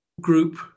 group